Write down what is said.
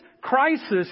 crisis